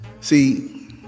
See